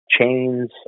chains